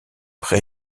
pre